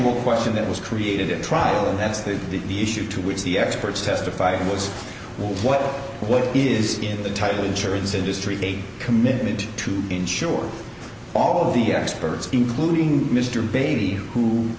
factual question that was created at trial and that's the issue to which the experts testified it was what what is in the title insurance industry a commitment to insure all of the experts including mr baby who